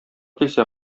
килсә